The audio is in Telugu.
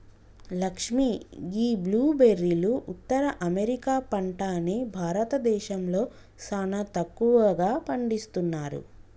లక్ష్మీ గీ బ్లూ బెర్రీలు ఉత్తర అమెరికా పంట అని భారతదేశంలో సానా తక్కువగా పండిస్తున్నారు